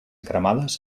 cremades